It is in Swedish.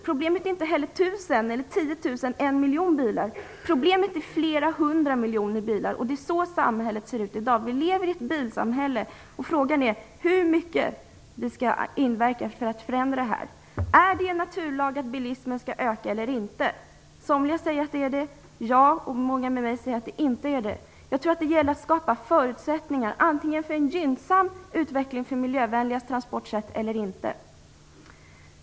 Problemet är inte heller tusen, tiotusen eller en miljon bilar. Problemet är flera hundra miljoner bilar. Det är så samhället ser ut i dag. Vi lever i ett bilsamhälle. Frågan är hur mycket det skall inverka för att vi skall förändra förhållandet. Är det en naturlag att bilismen skall öka eller inte? Somliga säger att det är det. Jag och många med mig säger att det inte är det. Jag tror att det gäller att skapa förutsättningar för en gynnsam utveckling för miljövänligare transportsätt.